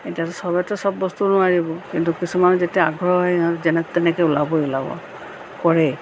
এতিয়াটো চবেতো চব বস্তু নোৱাৰিব কিন্তু কিছুমান যেতিয়া আগ্ৰহ হয় যেনে তেনেকৈ ওলাবই ওলাব কৰেই